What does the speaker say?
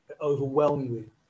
overwhelmingly